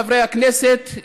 חברי הכנסת,